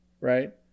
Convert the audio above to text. right